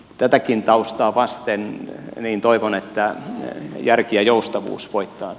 tätäkin taustaa vasten toivon että järki ja joustavuusvoitto